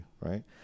Right